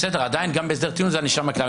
בסדר, עדיין, גם בהסדר טיעון זו ענישה מקילה.